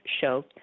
show